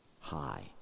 high